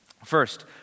First